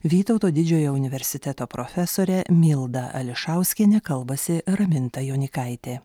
vytauto didžiojo universiteto profesore milda ališauskiene kalbasi raminta jonykaitė